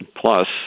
plus